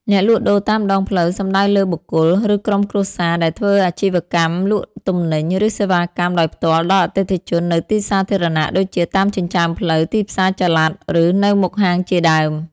អ្នកលក់ដូរតាមដងផ្លូវសំដៅលើបុគ្គល ឬក្រុមគ្រួសារដែលធ្វើអាជីវកម្មលក់ទំនិញ ឬសេវាកម្មដោយផ្ទាល់ដល់អតិថិជននៅទីសាធារណៈ ដូចជាតាមចិញ្ចើមផ្លូវ ទីផ្សារចល័ត ឬនៅមុខហាងជាដើម ។